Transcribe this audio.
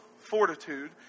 fortitude